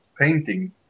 painting